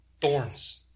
Thorns